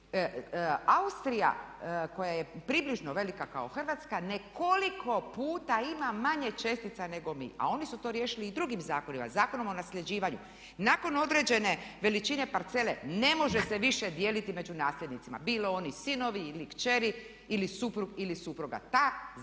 Austrija koja je približno velika kao Hrvatska nekoliko puta ima manje čestica nego mi. A oni su to riješili i drugim zakonima Zakonom o nasljeđivanju. Nakon određene veličine parcele ne može se više dijeliti među nasljednicima bilo oni sinovi ili kćeri ili suprug ili supruga.